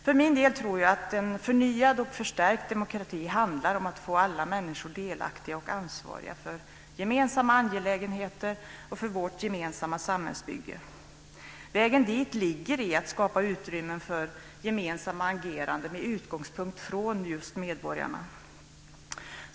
För min del tror jag att en förnyad och förstärkt demokrati handlar om att få alla människor delaktiga och ansvariga för gemensamma angelägenheter och för vårt gemensamma samhällsbygge. Vägen dit ligger i att skapa utrymme för gemensamma ageranden med utgångspunkt från just medborgarna.